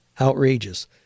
outrageous